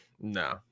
No